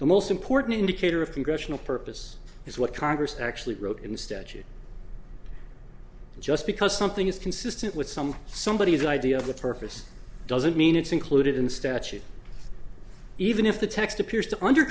the most important indicator of congressional purpose is what congress actually wrote in the statute just because something is consistent with some somebody whose idea of the purpose doesn't mean it's included in statute even if the text appears to under